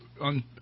On